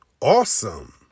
awesome